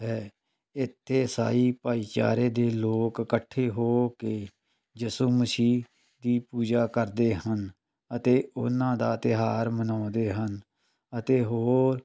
ਹੈ ਇੱਥੇ ਇਸਾਈ ਭਾਈਚਾਰੇ ਦੇ ਲੋਕ ਇਕੱਠੇ ਹੋ ਕੇ ਯਿਸੂ ਮਸੀਹ ਦੀ ਪੂਜਾ ਕਰਦੇ ਹਨ ਅਤੇ ਉਹਨਾਂ ਦਾ ਤਿਉਹਾਰ ਮਨਾਉਂਦੇ ਹਨ ਅਤੇ ਹੋਰ